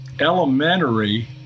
elementary